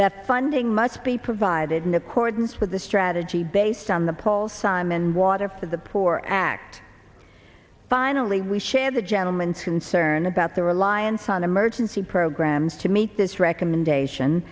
that funding much be provided in accordance with the strategy based on the paul simon water for the poor act finally we shared the gentleman concerned about the reliance on emergency programs to meet this recommendation